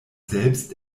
selbst